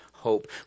hope